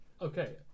Okay